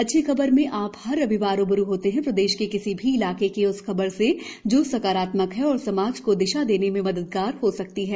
अच्छी खबर में आप हर रविवार रूबरू होते हैं प्रदेश के किसी भी इलाके की उस खबर से जो सकारात्मक है और समाज को दिशा देने में मददगार हो सकती है